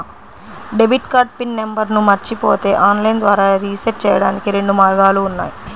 debit card pin నంబర్ను మరచిపోతే online ద్వారా రీసెట్ చెయ్యడానికి రెండు మార్గాలు ఉన్నాయి